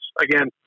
Again